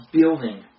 building